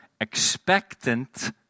expectant